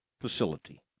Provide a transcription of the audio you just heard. facility